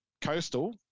coastal